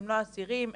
הם לא אסירים --- נכון.